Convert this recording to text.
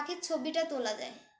পাখির ছবিটা তোলা যায়